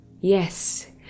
yes